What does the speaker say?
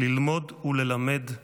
ללמוד וללמד,